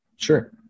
Sure